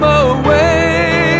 away